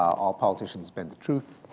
all politicians bend the truth.